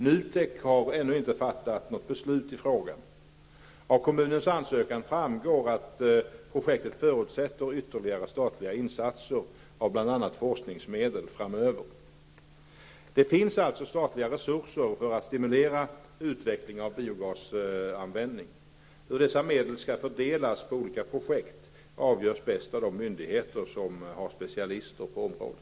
NUTEK har ännu inte fattat något beslut i frågan. Av kommunens ansökan framgår att projektet förutsätter ytterligare statliga insatser av bl.a. forskningsmedel framöver. Det finns alltså statliga resurser för att stimulera utveckling av biogasanvändning. Hur dessa medel skall fördelas på olika projekt avgörs bäst av de myndigheter som har specialister på området.